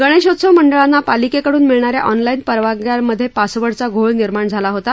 गणेशोत्सव मंडळाना पालिकेकडून मिळणाऱ्या ऑनला उ परवानग्यांमध्ये पासवर्डचा घोळ निर्माण झाला होता